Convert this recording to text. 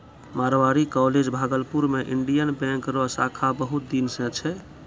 Marwari college Bhagalpur मे Indian Bank रो शाखा बहुत दिन से छै